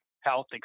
health